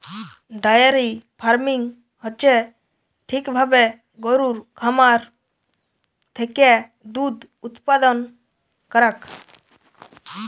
diary farming হচ্যে ঠিক ভাবে গরুর খামার থেক্যে দুধ উপাদান করাক